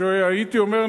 כשהייתי אומר,